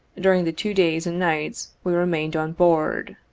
during the two days and nights we remained on board.